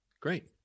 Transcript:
Great